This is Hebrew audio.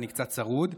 אני קצת צרוד.